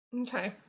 Okay